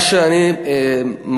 מה שאני מצאתי,